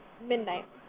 Midnight